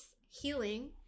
healing